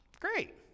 great